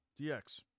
DX